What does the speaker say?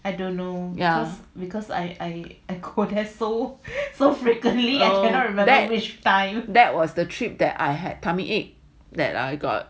that was the trip that I had tummy ache that I got